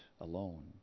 alone